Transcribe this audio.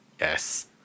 yes